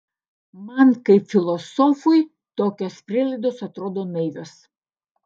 man kaip filosofui tokios prielaidos atrodo naivios